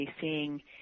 seeing